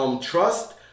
trust